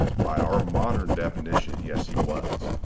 by our modern definition, yes he was.